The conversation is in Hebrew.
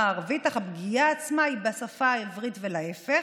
הערבית אך הפגיעה עצמה היא בשפה העברית ולהפך.